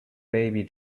baby